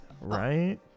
right